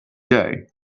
day